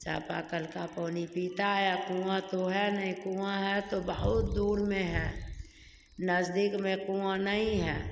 चापाकल का पानी पिता है कुआँ तो है नहीं कुआँ है तो बहुत दूर में है नजदीक में कुआँ नहीं है